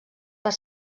per